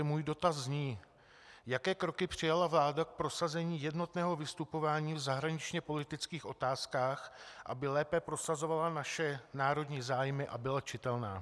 Můj dotaz zní, jaké kroky přijala vláda k prosazení jednotného vystupování v zahraničněpolitických otázkách, aby lépe prosazovala naše národní zájmy a byla čitelná.